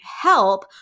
help